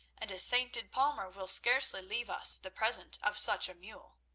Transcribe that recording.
and a sainted palmer will scarcely leave us the present of such a mule.